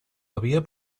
havia